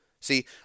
See